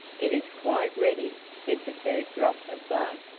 it is quite ready, said the third drop of blood.